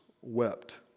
wept